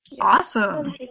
Awesome